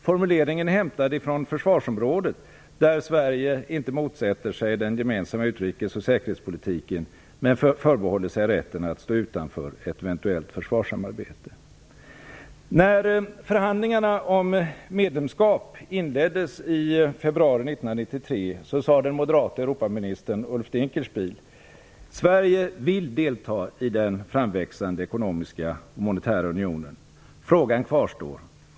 Formuleringen är hämtad från försvarsområdet, där Sverige inte motsätter sig den gemensamma utrikes och säkerhetspolitiken men förbehåller sig rätten att stå utanför ett eventuellt försvarssamarbete. När förhandlingarna om medlemskap inleddes i februari 1993 sade den moderate europaministern Ulf Dinkelspiel: Sverige vill delta i den framväxande ekonomiska monetära unionen. Frågan kvarstår.